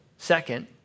Second